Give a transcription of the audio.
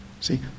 See